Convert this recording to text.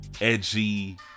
edgy